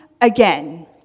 again